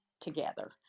together